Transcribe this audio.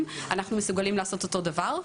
וחושבת שאנחנו מסוגלים לעשות אותו הדבר.